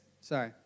sorry